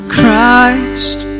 Christ